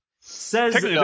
says